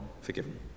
forgiven